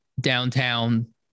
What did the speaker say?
downtown